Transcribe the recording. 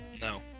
no